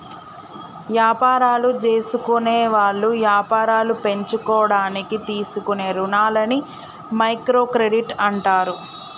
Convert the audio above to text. యాపారాలు జేసుకునేవాళ్ళు యాపారాలు పెంచుకోడానికి తీసుకునే రుణాలని మైక్రో క్రెడిట్ అంటారు